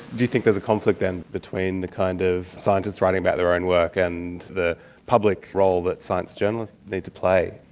do you think there's a conflict then between kind of scientists writing about their own work and the public role that science journalists need to play?